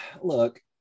look